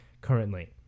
currently